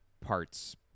parts